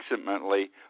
approximately